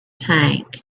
tank